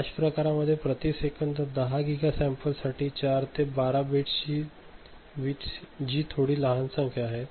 flash प्रकारामध्ये प्रति second 10 giga sample साठी 4 ते 12 बिट्स जी थोडी लहान संख्या आहे